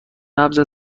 نبض